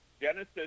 Genesis